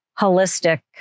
holistic